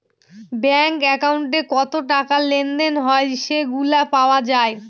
bank একাউন্টে কত টাকা লেনদেন হয় সেগুলা পাওয়া যায়